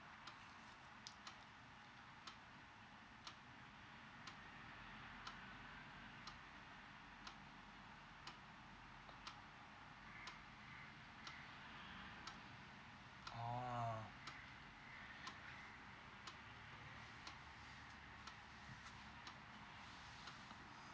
orh